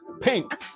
pink